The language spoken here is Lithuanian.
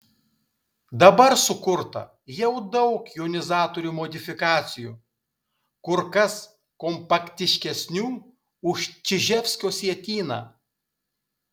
dabar sukurta jau daug jonizatorių modifikacijų kur kas kompaktiškesnių už čiževskio sietyną